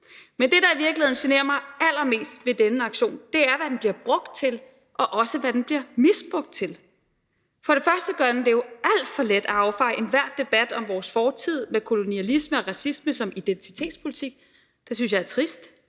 Men det, der i virkeligheden generer mig allermest ved den her aktion, er, hvad den bliver brugt til, og også, hvad den bliver misbrugt til. Først og fremmest gør den det jo alt for let at affeje enhver debat om vores fortid med kolonialisme og racisme som identitetspolitik. Det synes jeg er trist.